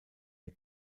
der